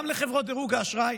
גם לחברות דירוג האשראי: